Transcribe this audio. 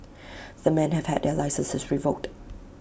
the men have had their licences revoked